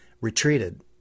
retreated